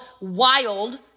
wild